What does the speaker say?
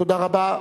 תודה רבה.